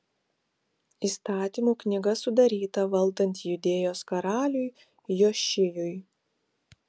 įstatymų knyga sudaryta valdant judėjos karaliui jošijui